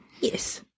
Yes